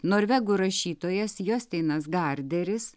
norvegų rašytojas justeinas garderis